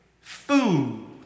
food